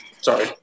Sorry